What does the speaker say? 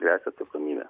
gresia atsakomybė